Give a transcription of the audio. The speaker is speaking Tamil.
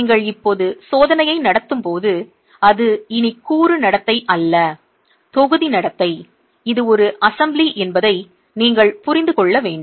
நீங்கள் இப்போது சோதனையை நடத்தும்போது அது இனி கூறு நடத்தை அல்ல தொகுதி நடத்தை இது ஒரு அசெம்பிளி என்பதை நீங்கள் புரிந்து கொள்ள வேண்டும்